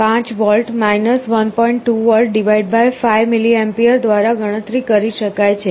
2V 5mA દ્વારા ગણતરી કરી શકાય છે